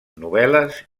novel·les